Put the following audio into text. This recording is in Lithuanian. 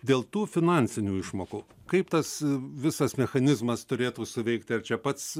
dėl tų finansinių išmokų kaip tas visas mechanizmas turėtų suveikti ar čia pats